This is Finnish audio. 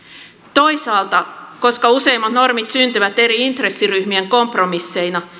toisaalta koska useimmat normit syntyvät eri intressiryhmien kompromisseina